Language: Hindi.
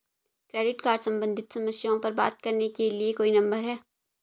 क्रेडिट कार्ड सम्बंधित समस्याओं पर बात करने के लिए कोई नंबर है?